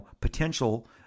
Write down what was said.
potential